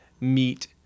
meet